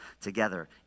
together